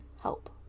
help